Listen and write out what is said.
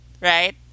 right